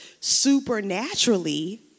supernaturally